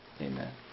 Amen